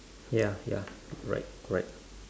ya ya correct correct